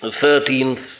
thirteenth